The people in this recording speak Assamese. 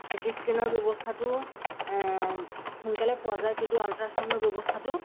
চিটি স্কেনৰ ব্যৱস্থাটোও সোনকালে পোৱা যায় কিন্তু আল্ট্ৰাচাউণ্ডৰ ব্যৱস্থাটো